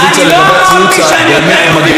יהדות זה